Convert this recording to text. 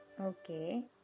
Okay